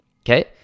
Okay